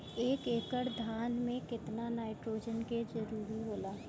एक एकड़ धान मे केतना नाइट्रोजन के जरूरी होला?